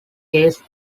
case